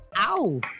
Ow